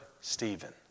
Stephen